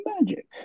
magic